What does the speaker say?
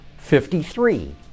53